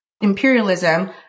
imperialism